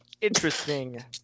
interesting